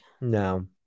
No